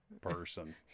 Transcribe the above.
person